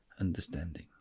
understanding